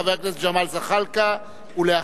חבר הכנסת ג'מאל זחאלקה ואחריו,